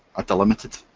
a delimited,